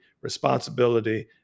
responsibility